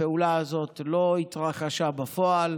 הפעולה הזאת לא התרחשה בפועל,